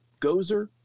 Gozer